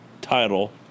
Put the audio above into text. title